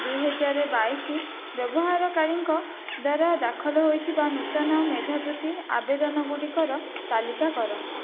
ଦୁଇ ହଜାର ବାଇଶି ବ୍ୟବହାରକାରୀଙ୍କ ଦ୍ଵାରା ଦାଖଲ ହୋଇଥିବା ନୂତନ ମେଧାବୃତ୍ତି ଆବେଦନ ଗୁଡ଼ିକର ତାଲିକା କର